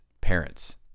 parents